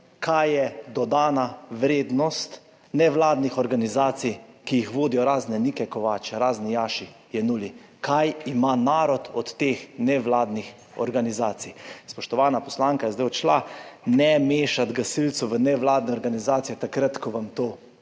kaj je dodana vrednost nevladnih organizacij, ki jih vodijo razne Nike Kovač, razen / nerazumljivo/? Kaj ima narod od teh nevladnih organizacij? Spoštovana poslanka je zdaj odšla. Ne mešati gasilcev v nevladne organizacije takrat, ko vam to paše